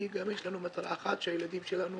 כי יש לנו מטרה אחת שהילדים שלנו